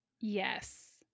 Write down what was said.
Yes